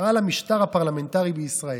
על המשטר הפרלמנטרי בישראל.